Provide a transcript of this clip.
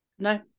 No